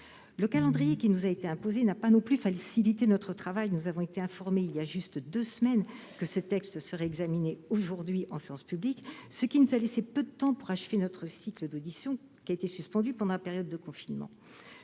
Le calendrier qui nous a été imposé n'a pas non plus facilité notre travail : nous avons été informés il y a tout juste deux semaines que ce texte serait examiné aujourd'hui en séance publique, ce qui nous a laissé peu de temps pour achever notre cycle d'auditions, suspendu pendant la période du confinement.